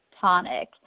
tonic